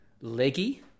leggy